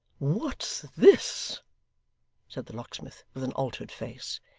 what's this said the locksmith, with an altered face.